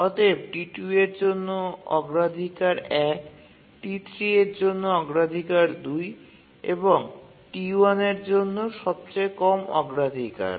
অতএব T2 এর জন্য অগ্রাধিকার ১ T3 এর জন্য অগ্রাধিকার ২ এবং T1 এর জন্য সবচেয়ে কম অগ্রাধিকার